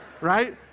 right